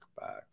back